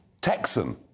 Texan